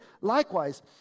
Likewise